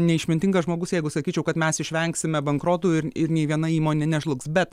neišmintingas žmogus jeigu sakyčiau kad mes išvengsime bankrotų ir ir nė viena įmonė nežlugs bet